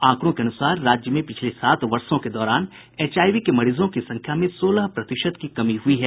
आंकड़ों के अनुसार राज्य में पिछले सात वर्षो के दौरान एचआईवी के मरीजों की संख्या में सोलह प्रतिशत की कमी हयी है